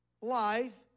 Life